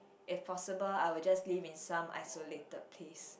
if possible I will just live in some isolated place